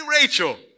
Rachel